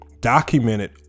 documented